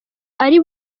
ari